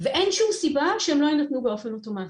ואין שום סיבה שהם לא יינתנו באופן אוטומטי.